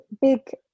big